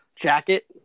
jacket